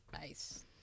Nice